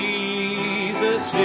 Jesus